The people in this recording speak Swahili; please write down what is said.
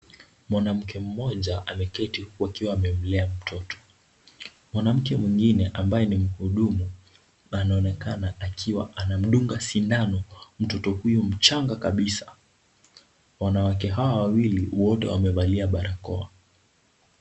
Mwanamke mmoja, ameketi wakiwa amemlea mtoto. Mwanamke mwingine ambaye ni mhudumu, anaonekana akiwa anamdunga sindano, mtoto huyo mchanga kabisa. Wanawake hawa wawili, wote wamevalia barakoa.